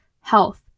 health